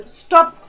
stop